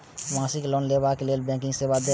मासिक लोन लैवा कै लैल गैर बैंकिंग सेवा द?